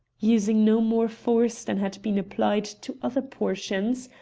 using no more force than had been applied to other portions,